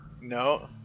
No